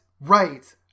Right